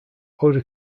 odor